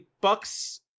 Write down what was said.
Bucks